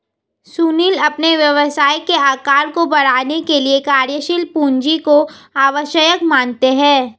सुनील अपने व्यवसाय के आकार को बढ़ाने के लिए कार्यशील पूंजी को आवश्यक मानते हैं